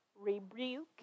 rebuke